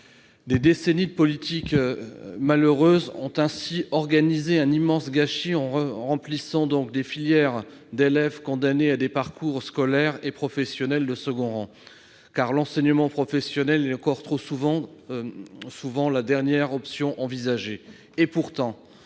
Des décennies de politiques malheureuses ont ainsi organisé un immense gâchis, en remplissant des filières d'élèves condamnés à des parcours scolaires et professionnels de second rang. En effet, l'enseignement professionnel est encore trop souvent la dernière option envisagée. Pourtant,